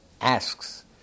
asks